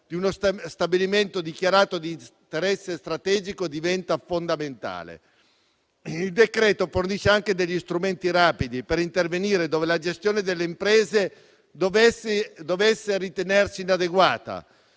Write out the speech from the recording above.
di uno stabilimento dichiarato di interesse strategico diventa fondamentale. Il decreto fornisce anche degli strumenti rapidi per intervenire dove la gestione delle imprese dovesse ritenersi inadeguata,